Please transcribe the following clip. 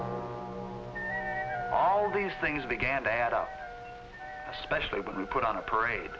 these things began to add up especially when we put on a parade